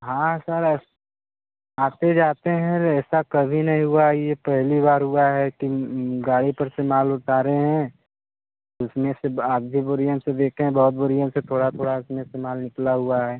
हाँ सर अस आते जाते हैं रे ऐसा कभी नहीं हुआ ये पहली बार हुआ है कि गाड़ी पर से माल उतारे हैं उसमें से ब अभी बोरियों से देखें है बहुत बोरियों से थोड़ा थोड़ा इसमें से माल निकला हुआ है